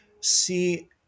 See